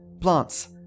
Plants